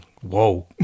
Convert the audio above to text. Whoa